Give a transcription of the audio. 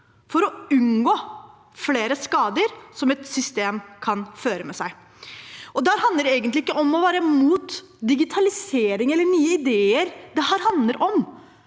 for å unngå flere skader et sånt system kan føre med seg. Dette handler egentlig ikke om å være imot digitalisering eller nye ideer, det handler om